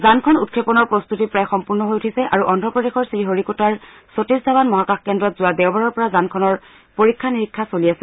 যানখন উৎক্ষেপনৰ প্ৰস্তুতি প্ৰায় সম্পূৰ্ণ হৈ উঠিছে আৰু অন্ধ্ৰ প্ৰদেশৰ শ্ৰীহৰিকোটাৰ সতীশ ধাৱান মহাকাশ কেন্দ্ৰত যোৱা দেওবাৰৰ পৰা যানখনৰ পৰীক্ষা নিৰীক্ষা চলি আছে